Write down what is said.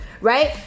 right